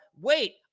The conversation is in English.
Wait